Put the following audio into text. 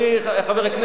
חבר הכנסת,